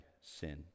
sin